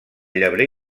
llebrer